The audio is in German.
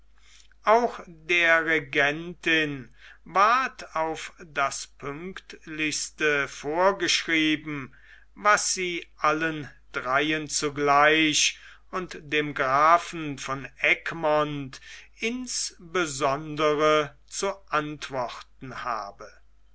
auch der regentin ward auf das pünktlichste vorgeschrieben was sie allen dreien zugleich und dem grafen von egmont insbesondere zu antworten habe